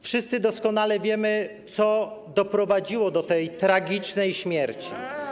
Wszyscy doskonale wiemy, co doprowadziło do tej tragicznej śmierci.